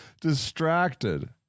distracted